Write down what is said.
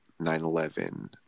9-11